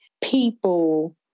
people